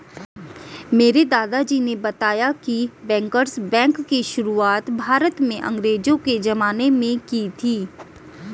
मेरे दादाजी ने बताया की बैंकर्स बैंक की शुरुआत भारत में अंग्रेज़ो के ज़माने में की थी